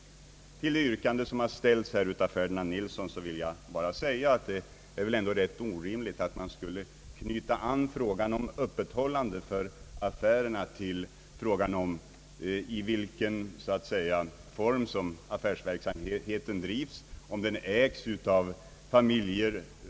Med anledning av det yrkande som ställts här av herr Ferdinand Nilsson vill jag bara säga, att det ändå är rätt orimligt att man skulle knyta an frågan om öppethållande för affärerna till frågan om affärsverksamhetens ägandeförhållande.